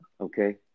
okay